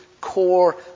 core